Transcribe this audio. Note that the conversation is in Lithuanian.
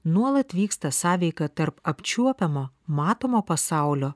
nuolat vyksta sąveika tarp apčiuopiamo matomo pasaulio